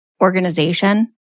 organization